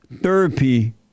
therapy